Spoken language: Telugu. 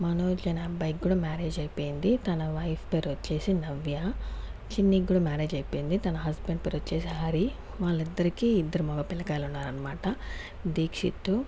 మనోజ్ అనే అబ్బాయికి కూడ మ్యారేజ్ అయిపోయింది తన వైఫ్ పేరొచ్చేసి నవ్య చిన్నికి కూడ మ్యారేజ్ అయిపోయింది తన హస్బెండ్ పేరొచ్చేసి హరి వాళ్ళ ఇద్దరికి ఇద్దరు మగ పిల్లకాయలు ఉన్నారనమాట దీక్షిత్తు